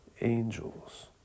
angels